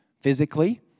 physically